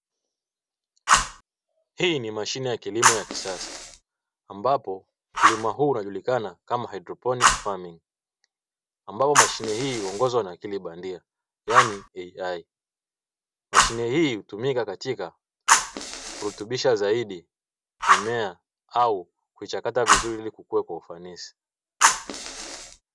Hii ni mashine ya kilimo ya kisasa ambapo mkulima huu unajulikana kama haidroponi, ambao mashine hii huongozwa na akili bandia yaani "AI", mashine hii hutumika katika kurutubisha zaidi mimea au kuichakata vizuri ili kukua kwa ufanisi.